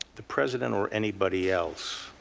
the president or anybody else.